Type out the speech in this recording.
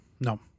No